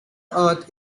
earth